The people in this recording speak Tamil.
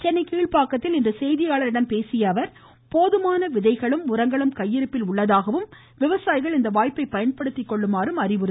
சென்னை கீழ்பாக்கத்தில் இன்று செய்தியாளர்களிடம் பேசிய அவர் மேலும் போதுமான விதைகளும் உரங்களும் கையிருப்பில் உள்ளதாகவும் விவசாயிகள் இந்த வாய்ப்பை பயன்படுத்திக் கொள்ளுமாறும் அவர் கூறினார்